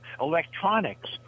electronics